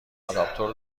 آداپتور